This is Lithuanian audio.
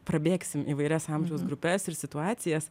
prabėgsim įvairias amžiaus grupes ir situacijas